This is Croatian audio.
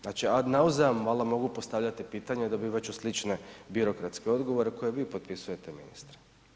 Znači na ... valjda mogu postavljati pitanja, dobivat ću slične birokratske odgovore koje vi potpisujete, ministre.